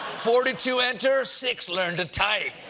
forty two enter, six learn to type.